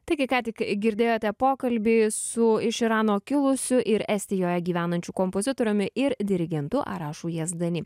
taigi ką tik girdėjote pokalbį su iš irano kilusiu ir estijoje gyvenančiu kompozitoriumi ir dirigentu arašu jazdani